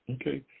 Okay